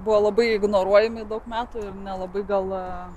buvo labai ignoruojama daug metų nelabai galvojome